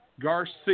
Garcia